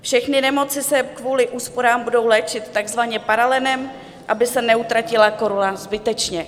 Všechny nemoci se kvůli úsporám budou léčit takzvaně Paralenem, aby se neutratila koruna zbytečně.